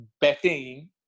betting